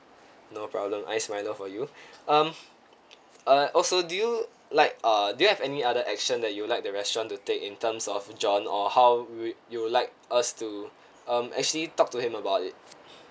no problem iced milo for you um uh also do you like uh do you have any other action that you'll like the restaurant to take in terms of john or how you'll like us to um actually talk to him about it